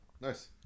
Nice